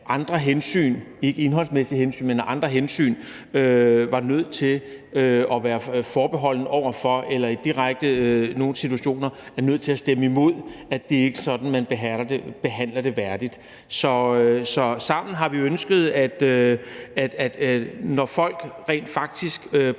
andre hensyn – ikke indholdsmæssigt, men af andre hensyn – var nødt til at være forbeholdne over for eller i andre situationer direkte var nødt til at stemme imod, at det ikke var sådan, man behandlede et borgerforslag værdigt. Så sammen har vi ønsket, at når folk rent faktisk bruger